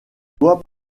doit